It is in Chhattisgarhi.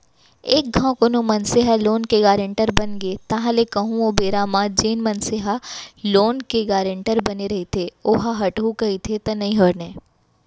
एक घांव कोनो मनसे ह लोन के गारेंटर बनगे ताहले कहूँ ओ बेरा म जेन मनसे ह लोन के गारेंटर बने रहिथे ओहा हटहू कहिथे त नइ बनय